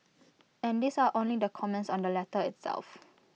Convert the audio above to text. and these are only the comments on the letter itself